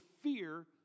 fear